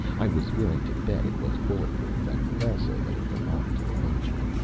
i was willing to bet it was bulletproof and also that it belonged to the major.